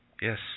yes